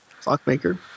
Clockmaker